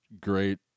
great